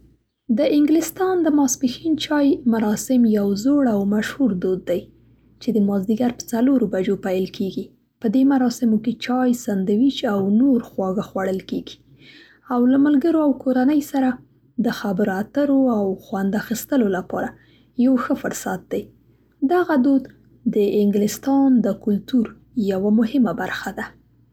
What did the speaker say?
د انګلستان د ماسپښین چای مراسم یو زوړ او مشهور دود دی، چې د مازدیګر په څلورو بجو پیل کیږي. په دې مراسمو کې چای، سینډویچ او نور خواږه خوړل کیږي، او له ملګرو او کورنۍ سره د خبرو اترو او خوند اخیستلو لپاره یو ښه فرصت دی. دغه دود د انګلستان د کلتور یوه مهمه برخه ده.